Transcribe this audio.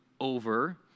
over